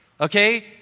okay